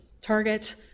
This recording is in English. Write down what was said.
target